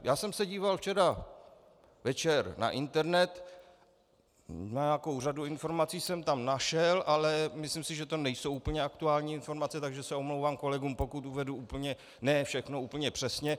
Já jsem se díval včera večer na internet, nějakou řadu informací jsem tam našel, ale myslím si, že to nejsou úplně aktuální informace, takže se omlouvám kolegům, pokud uvedu ne všechno úplně přesně.